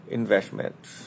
investments